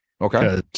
Okay